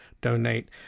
donate